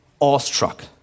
awestruck